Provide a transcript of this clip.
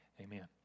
amen